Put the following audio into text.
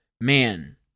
man